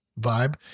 vibe